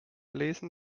lesen